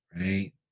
right